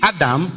Adam